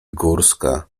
górska